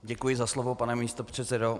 Děkuji za slovo, pane místopředsedo.